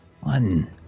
one